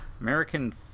American